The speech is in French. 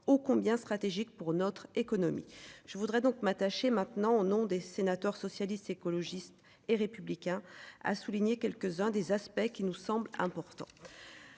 oh combien stratégique pour notre économie. Je voudrais donc m'attacher maintenant au nom des sénateurs socialistes, écologistes et républicain, a souligné quelques-uns des aspects qui nous semble important.